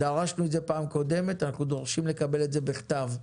דרשנו את זה בפעם הקודמת ואנחנו דורשים לקבל את זה בכתב.